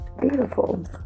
Beautiful